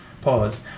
pause